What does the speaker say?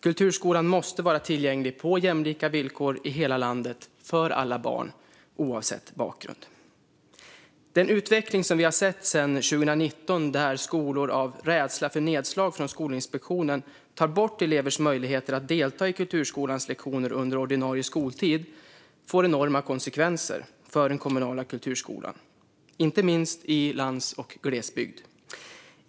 Kulturskolan måste vara tillgänglig på jämlika villkor i hela landet för alla barn oavsett bakgrund. Den utveckling vi sett sedan 2019, där skolor av rädsla för nedslag från Skolinspektionen tar bort elevers möjligheter att delta i kulturskolans lektioner under ordinarie skoltid, får enorma konsekvenser för den kommunala kulturskolan, inte minst i lands och glesbygd.